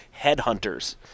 headhunters